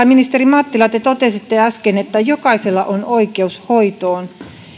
ministeri mattila te totesitte äsken että jokaisella on oikeus hoitoon